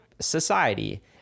society